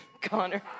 Connor